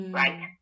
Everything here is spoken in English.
right